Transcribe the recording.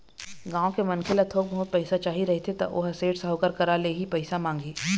गाँव के मनखे ल थोक बहुत पइसा चाही रहिथे त ओहा सेठ, साहूकार करा ले ही पइसा मांगही